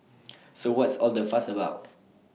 so what's all the fuss about